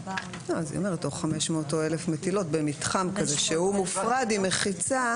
אם על אותן 500 או 1,000 מטילות במתחם כזה שהוא מופרד עם מחיצה.